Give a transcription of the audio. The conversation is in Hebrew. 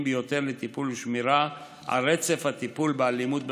ביותר לטיפול ושמירה על רצף הטיפול באלימות במשפחה: